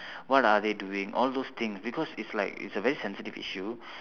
what are they doing all those thing because it's like it's a very sensitive issue